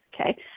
okay